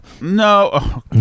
No